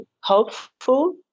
hopeful